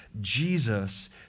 Jesus